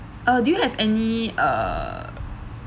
uh do you have any uh